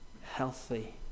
healthy